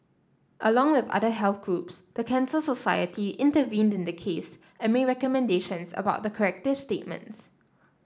along with other health groups the Cancer Society intervened in the case and made recommendations about the corrective statements